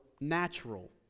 natural